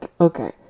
okay